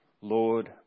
Lord